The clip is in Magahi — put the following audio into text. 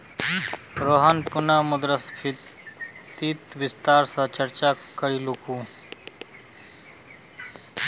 रोहन पुनः मुद्रास्फीतित विस्तार स चर्चा करीलकू